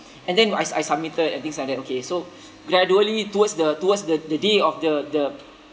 and then I I submitted and things like that okay so gradually towards the towards the the day of the the